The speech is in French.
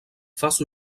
face